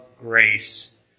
grace